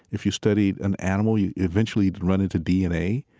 if you studied an animal, you'd eventually run into dna,